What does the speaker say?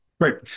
Great